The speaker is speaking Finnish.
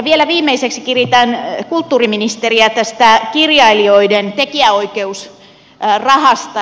vielä viimeiseksi kiritän kulttuuriministeriä tästä kirjailijoiden tekijänoikeusrahasta